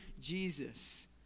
Jesus